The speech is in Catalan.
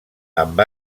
amb